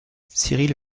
cyrille